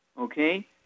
okay